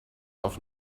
auf